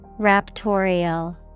Raptorial